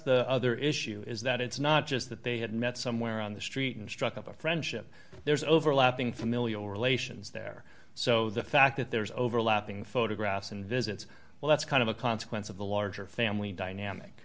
the other issue is that it's not just that they had met somewhere on the street and struck up a friendship there's overlapping familial relations there so the fact that there's overlapping photographs and visits well that's kind of a consequence of the larger family dynamic